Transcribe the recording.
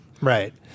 Right